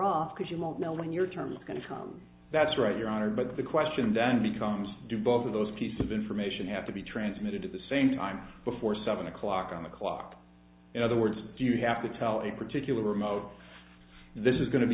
off because you won't know when your term is going to come that's right your honor but the question then becomes do both of those piece of information have to be transmitted at the same time before seven o'clock on the clock in other words do you have to tell a particular remote this is going to be